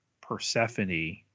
Persephone